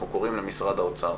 אנחנו קוראים למשרד האוצר